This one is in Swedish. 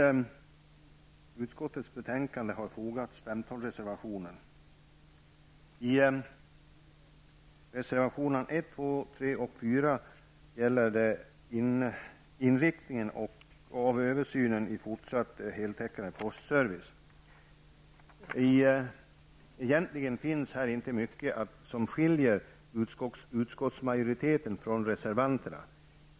Till utskottets betänkande finns 15 4 gäller inriktningen av översynen på fortsatt heltäckande postservice. Här finns egentligen inte mycket som skiljer utskottsmajoriteten från reservanterna.